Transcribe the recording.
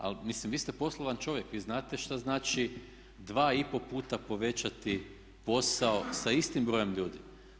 Ali mislim, vi ste poslovan čovjek, vi znate što znači 2 i pol puta povećati posao sa istim brojem ljudi.